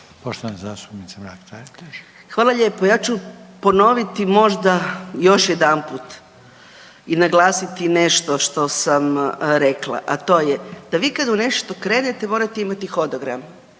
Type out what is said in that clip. **Mrak-Taritaš, Anka (GLAS)** Hvala lijepo. Ja ću ponoviti možda još jedanput i naglasiti nešto što sam rekla, a to je da vi kad u nešto krenete morate imati hodogram.